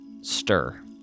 stir